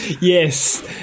Yes